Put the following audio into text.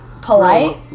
Polite